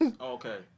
okay